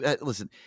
listen